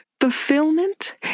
Fulfillment